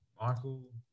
Michael